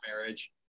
marriage